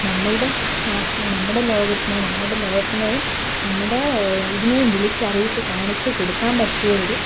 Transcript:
നമ്മുടെ ശാസ്ത്രം നമ്മുടെ ലോകത്തിന് നമ്മുടെ ലോകത്തിനെയും നമ്മുടെ ഇതിനെയും വിളിച്ചറിയിച്ച് കാണിച്ചുകൊടുക്കാൻ പറ്റിയ ഒരു